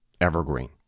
evergreen